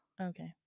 Okay